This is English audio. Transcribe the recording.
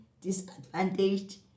disadvantaged